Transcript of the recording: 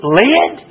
lead